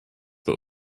but